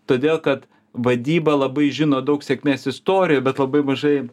todėl kad vadyba labai žino daug sėkmės istorijų bet labai mažai